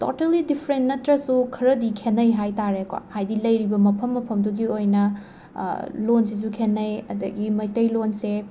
totally different ꯅꯠꯇ꯭ꯔꯁꯨ ꯈꯔꯗꯤ ꯈꯦꯠꯅꯩ ꯍꯥꯏ ꯇꯥꯔꯦꯀꯣ ꯍꯥꯏꯗꯤ ꯂꯩꯔꯤꯕ ꯃꯐꯝ ꯃꯐꯝꯗꯨꯒꯤ ꯑꯣꯏꯅ ꯂꯣꯟꯁꯤꯁꯨ ꯈꯦꯠꯅꯩ ꯑꯗꯒꯤ ꯃꯩꯇꯩꯂꯣꯟꯁꯦ